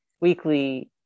weekly